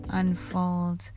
unfold